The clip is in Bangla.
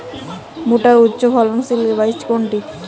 ভূট্টার উচ্চফলনশীল বীজ কোনটি?